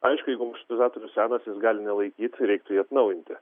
aišku jeigu maršrutizatorius senas jis gali nelaikyt reiktų jį atnaujinti